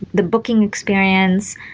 the booking experience,